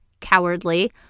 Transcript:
cowardly